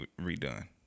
redone